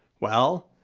well,